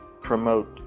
promote